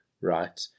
right